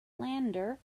slander